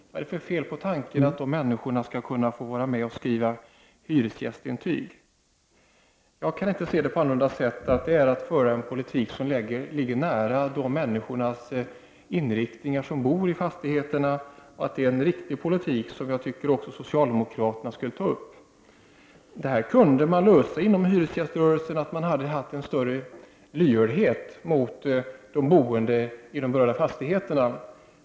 Vad är det för fel på tanken att de människorna skall kunna vara med och skriva hyresgästintyg? Jag kan inte se det på annat sätt än att det är en politik som ligger nära inriktningen hos de människor som bor i fastigheterna. Det är en riktig politik, och jag tycker att också socialdemokraterna borde ta upp den. Man skulle kunna lösa detta problem om man inom hyresgäströrelsen hade varit mer lyhörd mot de boende i de berörda fastigheterna.